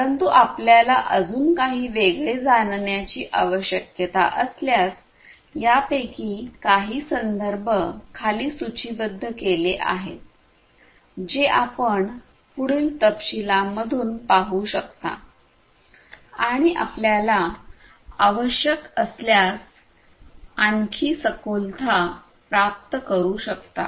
परंतु आपल्याला अजून काही वेगळे जाणण्याची आवश्यकता असल्यास यापैकी काही संदर्भ खाली सूचीबद्ध केले आहेत जे आपण पुढील तपशीलांमधून पाहू शकता आणि आपल्याला आवश्यक असल्यास आणखी सखोलता प्राप्त करू शकता